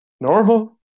normal